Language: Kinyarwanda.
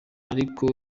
ariko